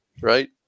right